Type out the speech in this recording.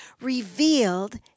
revealed